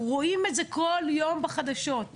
אנחנו רואים את זה כל יום בחדשות.